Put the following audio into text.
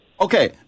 Okay